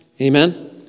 Amen